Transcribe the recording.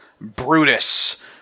Brutus